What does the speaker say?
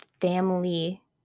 family